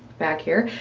back here.